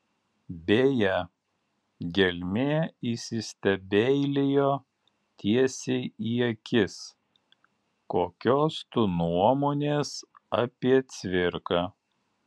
beje gelmė įsistebeilijo tiesiai į akis kokios tu nuomonės apie cvirką